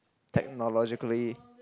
technologically